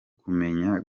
kumenya